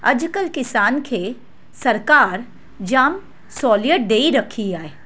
अॼुकल्ह किसान खे सरकारि जाम सहूलियत ॾेई रखी आहे